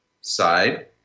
side